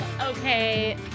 Okay